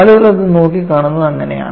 ആളുകൾ അത് നോക്കിക്കാണുന്നത് അങ്ങനെയാണ്